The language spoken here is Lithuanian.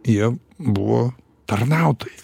jie buvo tarnautojai